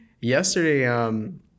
Yesterday